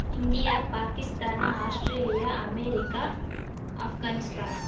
India Pakistan Australia America Afghanistan